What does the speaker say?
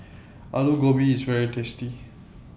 Aloo Gobi IS very tasty